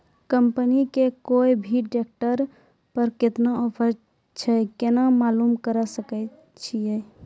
Company के कोय भी ट्रेक्टर पर केतना ऑफर छै केना मालूम करऽ सके छियै?